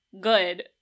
good